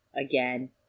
Again